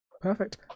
Perfect